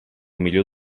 millor